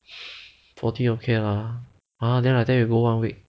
forty okay lah uh then like that we go one week